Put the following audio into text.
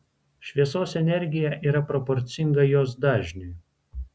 šviesos energija yra proporcinga jos dažniui